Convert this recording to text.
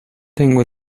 tengo